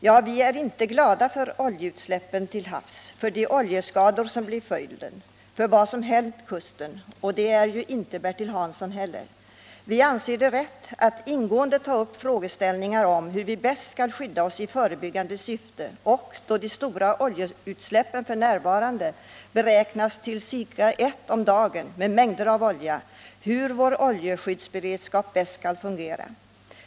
Ja, vi är inte glada för oljeutsläppen till havs, för de oljeskador som blir följden och för vad som hänt kusten. Och det är inte Bertil Hansson heller. Vi anser att det är rätt att ingående ta upp frågan om hur vi bäst skall ordna det förebyggande skyddet och — då de stora oljeutsläppen f. n. är ca ett om dagen och omfattar mängder av olja — hur vår oljeskyddsberedskap bäst skall fungera.